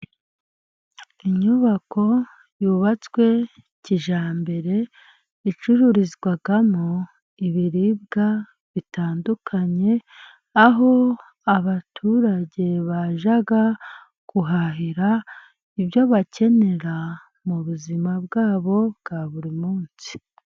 Inyubako y'ubatswe kijyambere, icururizwamo ibiribwa bitandukanye, aho abaturage bajya guhahira ibyo bakenera, mu buzima bwa bo bwa buri munsi.